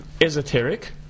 esoteric